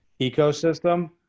ecosystem